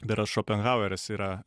berods šopenhaueris yra